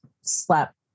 slap